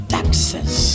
Texas